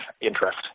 interest